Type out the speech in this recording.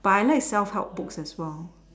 but I like self help book as well